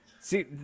see